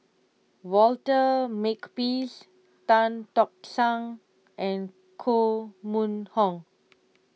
Walter Makepeace Tan Tock San and Koh Mun Hong